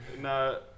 no